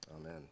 Amen